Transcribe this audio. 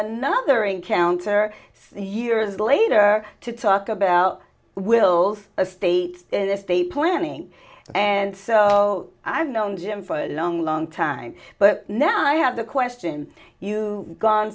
another encounter years later to talk about wills a state if they planning and so i've known him for a long long time but now i have the question you gone